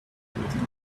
everything